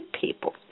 people